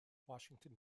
washington